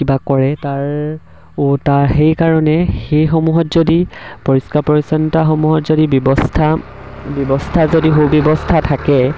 কিবা কৰে তাৰ তাৰ সেইকাৰণে সেইসমূহত যদি পৰিষ্কাৰ পৰিচ্ছন্নতাসমূহত যদি ব্যৱস্থা ব্যৱস্থা যদি সু ব্যৱস্থা থাকে